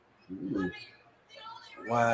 Wow